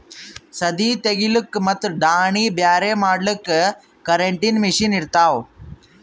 ಸದೀ ತೆಗಿಲುಕ್ ಮತ್ ದಾಣಿ ಬ್ಯಾರೆ ಮಾಡಲುಕ್ ಕರೆಂಟಿನ ಮಷೀನ್ ಇರ್ತಾವ